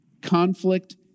conflict